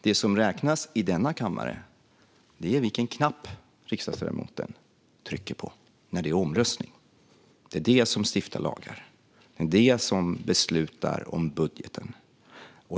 Det som räknas i denna kammare är vilken knapp riksdagsledamoten trycker på när det är omröstning. Det är det som stiftar lagar, och det är det som beslutar om budgeten.